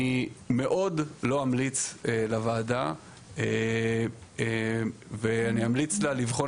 אני מאוד לא אמליץ לוועדה ואני אמליץ לה לבחון